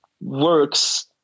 works